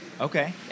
Okay